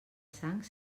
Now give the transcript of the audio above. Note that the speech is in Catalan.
sang